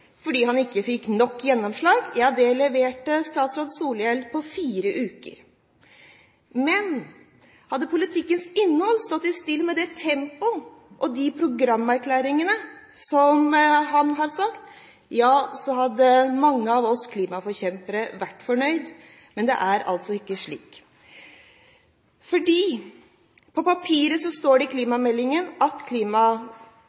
fordi han ikke fikk nok gjennomslag – leverte statsråd Solhjell på fire uker. Hadde politikkens innhold stått i stil med det tempoet han har satt, og de programerklæringene han har kommet med, hadde mange av oss klimaforkjempere vært fornøyd, men det er altså ikke slik. For på papiret står det i